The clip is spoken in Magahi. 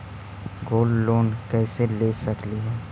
गोल्ड लोन कैसे ले सकली हे?